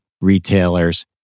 retailers